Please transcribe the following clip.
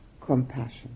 compassion